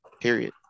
period